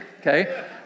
okay